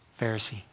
Pharisee